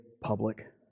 public